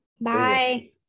Bye